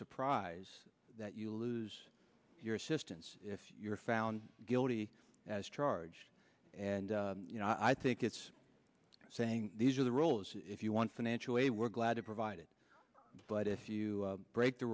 surprise that you lose your assistance if you're found guilty as charged and you know i think it's saying these are the rules if you want financial aid we're glad to provide it but if you break the